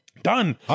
done